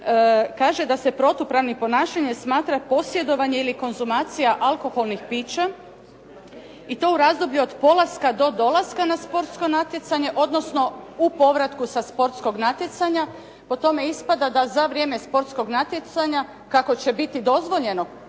kaže da se protupravnim ponašanjem smatra posjedovanje ili konzumacija alkoholnih pića i to u razdoblju od polaska do dolaska na sportsko natjecanje, odnosno u povratku sa sportskog natjecanja. Po tome ispada da za vrijeme sportskog natjecanja kako će biti dozvoljeno